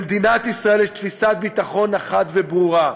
למדינת ישראל יש תפיסת ביטחון אחת ברורה: